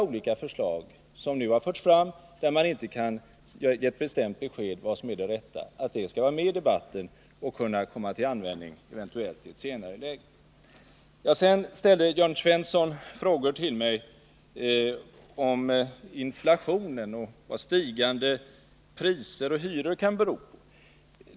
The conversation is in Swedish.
Många förslag, i fråga om vilka man inte nu kan säga vad som är det rätta, skall vara med i debatten och eventuellt kunna komma till användning i ett senare läge. Sedan ställde Jörn Svensson frågor till mig om inflationen och vad stigande priser och hyror kan bero på.